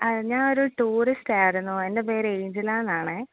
ആ ഞാൻ ഒരു ടൂറിസ്റ്റ് ആയിരുന്നു എൻ്റെ പേര് ഏഞ്ചല എന്നാണേ